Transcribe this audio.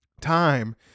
time